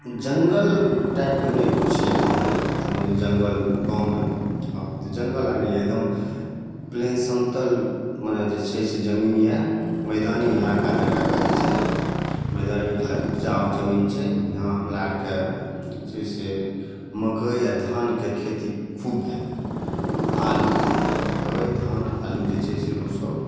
जङ्गल टाइपके नहि किछु यऽ ओहन कोनो जे जङ्गल गाममे हँ तऽ जङ्गल आर नहि यऽ एगदम प्लेन समतल मने जे छै से जमीन यऽ मैदानी इलाका जकरा कहै छै मैदानी उपजाउ जमीन छै यहाँ हमरा आरके जे छै से मकइ आओर धानके खेती खूब भेल आओर आलूके मकइ धान आलू जे छै से लोकसभ